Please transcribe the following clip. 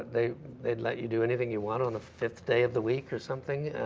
they'd they'd let you do anything you want on the fifth day of the week or something.